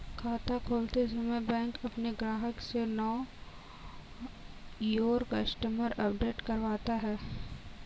खाता खोलते समय बैंक अपने ग्राहक से नो योर कस्टमर अपडेट करवाता है